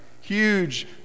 Huge